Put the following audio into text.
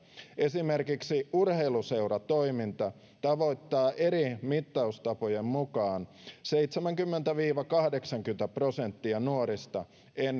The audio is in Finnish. esimerkiksi urheiluseuratoiminta tavoittaa eri mittaustapojen mukaan seitsemänkymmentä viiva kahdeksankymmentä prosenttia nuorista ennen